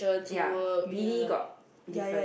ya really got difference